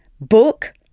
book